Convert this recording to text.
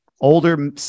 older